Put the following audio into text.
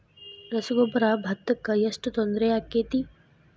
ರಸಗೊಬ್ಬರ, ಭತ್ತಕ್ಕ ಎಷ್ಟ ತೊಂದರೆ ಆಕ್ಕೆತಿ?